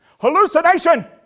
Hallucination